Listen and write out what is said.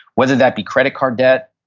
whether that be credit card debt,